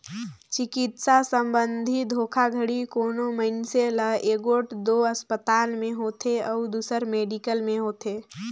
चिकित्सा संबंधी धोखाघड़ी कोनो मइनसे ल एगोट दो असपताल में होथे अउ दूसर मेडिकल में होथे